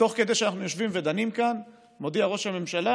תוך כדי זה שאנחנו יושבים ודנים כאן מודיע ראש הממשלה